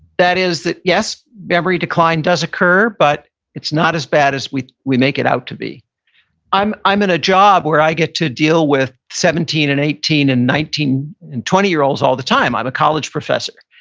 that is that, yes memory decline does occur, but it's not as bad as we we make it out to be i'm i'm in a job where i get to deal with seventeen and eighteen and nineteen and twenty year olds all the time. i'm a college professor.